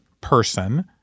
person